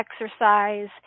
exercise